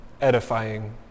edifying